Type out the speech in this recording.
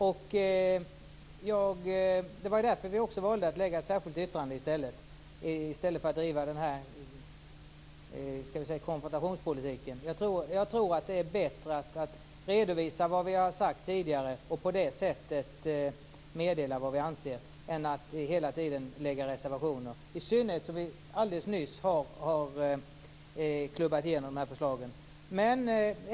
Det var också därför vi valde att göra ett särskilt yttrande i stället för att driva konfrontationspolitik. Jag tror att det är bättre att redovisa vad vi har sagt tidigare och på det sättet meddela vad vi anser än att hela tiden lägga fram reservationer, i synnerhet som vi alldeles nyss har klubbat igenom dessa förslag.